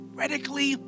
radically